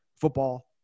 football